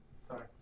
Sorry